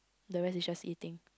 the rest is just eating